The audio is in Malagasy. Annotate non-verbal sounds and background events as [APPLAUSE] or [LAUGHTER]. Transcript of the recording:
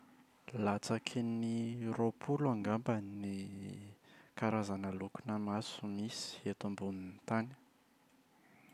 Latsaky ny roampolo angamba ny [HESITATION] karazana lokonà maso misy eto ambonin’ny tany.